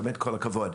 כל הכבוד.